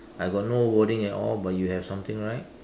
I got no wording at all but you have something right